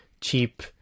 cheap